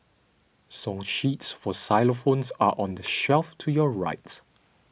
song sheets for xylophones are on the shelf to your right